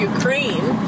Ukraine